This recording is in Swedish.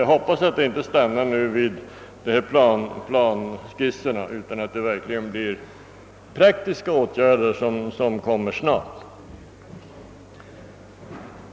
Jag hoppas nu att det inte stannar vid de planskisser som gjorts, utan att praktiska åtgärder kommer att vidtagas och att de kommer snart.